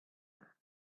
her